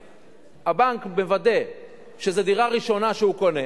הבנק מוודא שזאת דירה ראשונה שהוא קונה.